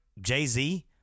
jay-z